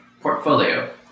portfolio